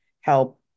help